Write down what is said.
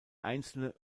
einzelne